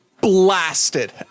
blasted